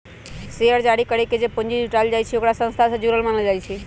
share जारी करके जे पूंजी जुटाएल जाई छई ओकरा संस्था से जुरल मानल जाई छई